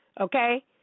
Okay